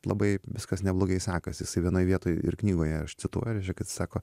labai viskas neblogai sekasi jisai vienoj vietoj ir knygoje aš cituoju reiškia kad is sako